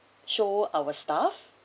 show our staff